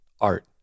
Art